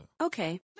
Okay